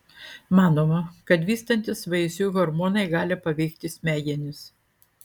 manoma kad vystantis vaisiui hormonai gali paveikti smegenis